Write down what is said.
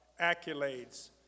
accolades